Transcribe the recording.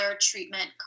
treatment